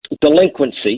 delinquency